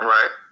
Right